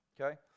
Okay